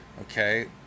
Okay